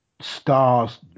stars